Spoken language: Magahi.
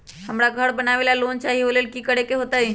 हमरा घर बनाबे ला लोन चाहि ओ लेल की की करे के होतई?